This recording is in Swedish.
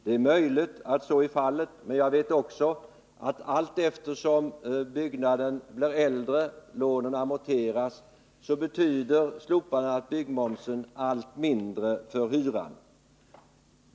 Det är möjligt att så är fallet, men jag vet också att allteftersom byggnaderna blir äldre och lånen amorteras betyder slopandet av byggmomsen allt mindre för hyran.